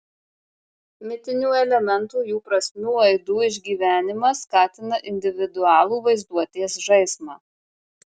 mitinių elementų jų prasmių aidų išgyvenimas skatina individualų vaizduotės žaismą